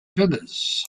villas